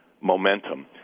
momentum